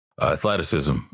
athleticism